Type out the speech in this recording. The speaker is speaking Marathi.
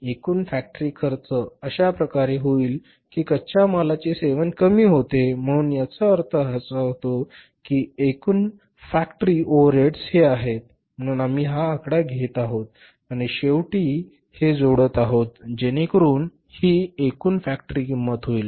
एकूण फॅक्टरी खर्च अशा प्रकारे होईल की कच्च्या मालाचे सेवन कमी होते म्हणून याचा अर्थ असा होतो की एकूण फॅक्टरी ओव्हरहेड्स हे आहेत म्हणून आम्ही हा आकडा घेत आहोत आणि शेवटी हे येथे जोडत आहे जेणेकरून ही एकूण फॅक्टरी किंमत होईल